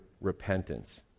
repentance